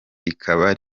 rikaba